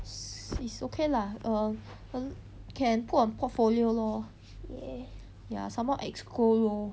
s~ it's okay lah err 反 can put on portfolio lor ya some more exco lor